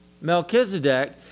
Melchizedek